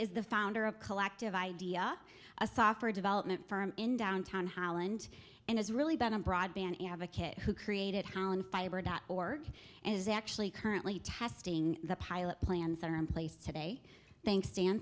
is the founder of collective idea a software development firm in downtown holland and has really been a broadband advocate who created holland fiber dot org and is actually currently testing the pilot plans are in place today thanks